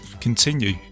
continue